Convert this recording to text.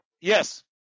Yes